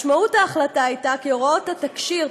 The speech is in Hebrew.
משמעות ההחלטה הייתה כי הוראות התקשי"ר,